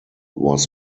was